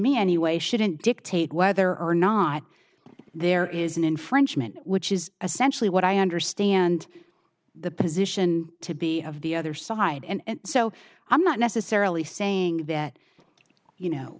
me anyway shouldn't dictate whether or not there is an infringement which is essentially what i understand the position to be of the other side and so i'm not necessarily saying that you know